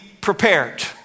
prepared